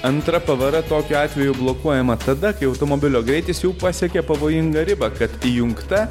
antra pavara tokiu atveju blokuojama tada kai automobilio greitis jau pasiekė pavojingą ribą kad įjungta